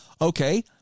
Okay